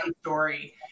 story